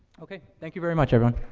okay. thank you very much, everyone.